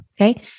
Okay